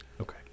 Okay